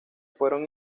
fueron